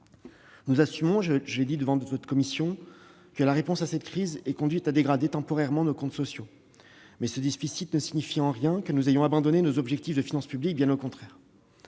Nous assumons- je l'ai dit devant votre commission -le fait que la réponse à cette crise a conduit à dégrader, temporairement, nos comptes sociaux, mais ce déficit ne signifie nullement que nous ayons abandonné nos objectifs de finances publiques, bien au contraire.